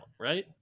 right